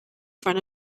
front